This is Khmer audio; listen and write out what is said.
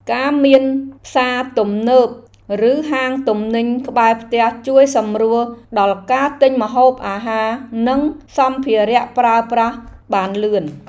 ការមានផ្សារទំនើបឬហាងទំនិញក្បែរផ្ទះជួយសម្រួលដល់ការទិញម្ហូបអាហារនិងសម្ភារៈប្រើប្រាស់បានលឿន។